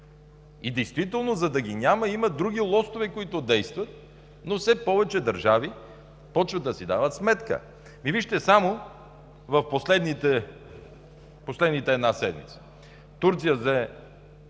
Действително, за да ги няма, има други лостове, които действат, но все повече държави почват да си дават сметка. Вижте само в последната една седмица – Турция взе